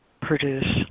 produce